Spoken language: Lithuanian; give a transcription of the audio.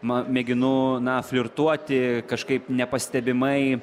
ma mėginu na flirtuoti kažkaip nepastebimai